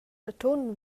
atun